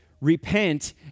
repent